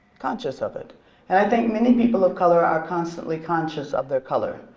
conscious of it and i think many people of color are constantly conscious of their color.